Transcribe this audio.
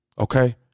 Okay